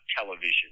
television